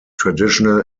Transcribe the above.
traditional